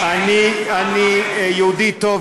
אני יהודי טוב,